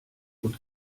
und